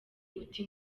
uti